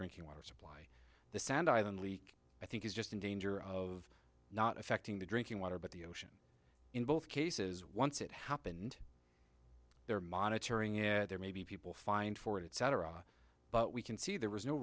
drinking water so the sand island leak i think is just in danger of not affecting the drinking water but the ocean in both cases once it happened they're monitoring it there may be people fined for it etc but we can see there was no